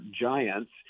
Giants